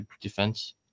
defense